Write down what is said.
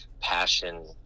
passion